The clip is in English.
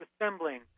assembling